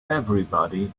everybody